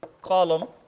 column